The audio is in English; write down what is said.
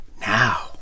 now